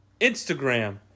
Instagram